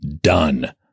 done